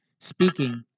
speaking